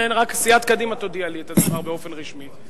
רק סיעת קדימה תודיע לי את הדבר באופן רשמי.